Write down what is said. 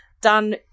done